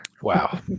Wow